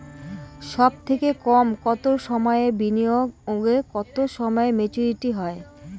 সবথেকে কম কতো সময়ের বিনিয়োগে কতো সময়ে মেচুরিটি হয়?